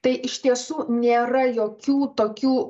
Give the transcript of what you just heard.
tai iš tiesų nėra jokių tokių